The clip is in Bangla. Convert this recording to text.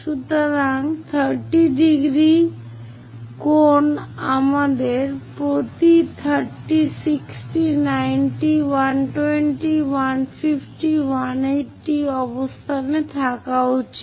সুতরাং 30° কোন আমাদের প্রতি 30 60 90 120 150 180 অবস্থানে থাকা উচিত